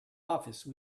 office